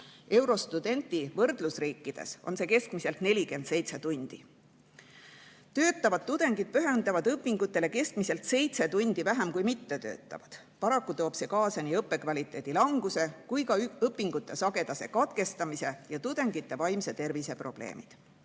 EUROSTUDENT-i võrdlusriikides on see keskmiselt 47 tundi. Töötavad tudengid pühendavad õpingutele keskmiselt seitse tundi vähem kui mittetöötavad. Paraku toob see kaasa nii õppekvaliteedi languse kui ka õpingute sagedase katkestamise ja tudengite vaimse tervise probleemid.